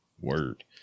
Word